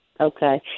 Okay